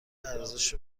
ارزش